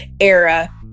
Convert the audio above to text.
era